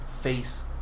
face